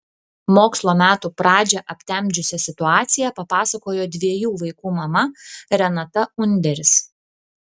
mokslo metų pradžią aptemdžiusią situaciją papasakojo dviejų vaikų mama renata underis